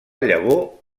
llavor